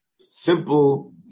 simple